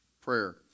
prayer